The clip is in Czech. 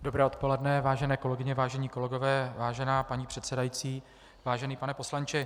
Dobré odpoledne, vážené kolegyně, vážení kolegové, vážená paní předsedající, vážený pane poslanče.